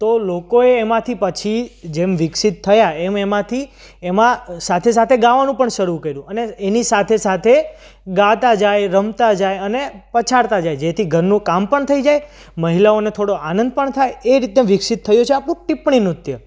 તો લોકો એ એમાંથી પછી જેમ વિકસિત થયા એમ એમાંથી એમાં સાથે સાથે ગાવાનું પણ શરૂ કર્યું અને એની સાથે સાથે ગાતા જાય રમતા જાય અને પછાડતા જાય જેથી ઘરનું કામ પણ થઈ જાય મહિલાઓને થોડો આનંદ પણ થાય એ રીતે વિકસિત થયું છે આપણું ટીપ્પણી નૃત્ય